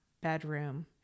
bedroom